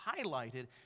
highlighted